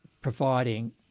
providing